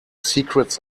secrets